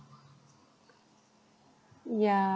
yeah